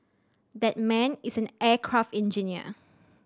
that man is an aircraft engineer